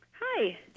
hi